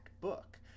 book